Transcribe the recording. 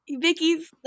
Vicky's